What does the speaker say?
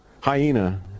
hyena